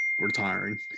retiring